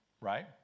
Right